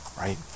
right